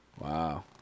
Wow